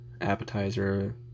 appetizer